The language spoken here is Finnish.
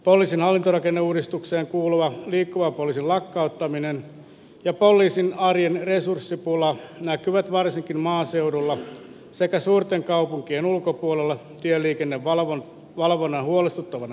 poliisin hallintorakenneuudistukseen kuuluvan liikkuva poliisin lakkauttaminen ja poliisin arjen resurssipula näkyvät varsinkin maaseudulla sekä suurten kaupunkien ulkopuolella tieliikenne valamon valvonnan huolestuttavan